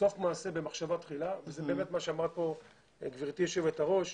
סוף מעשה במחשבה תחילה וזה מה שאמרה כאן גברתי היושבת ראש.